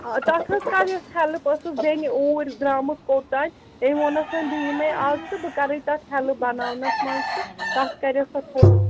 تَتھ حظ کَرییَس ہٮ۪لٕپ ٲسٕس بیٚنہِ اوٗرۍ درٛامٕژ کوٚت تام تَمۍ ووٚنَس وۄنۍ بہٕ یِمَے آز تہٕ بہٕ کَرَے تَتھ ہٮ۪لٕپ بَناونَس منٛز تہٕ تَتھ کرییَس پتہٕ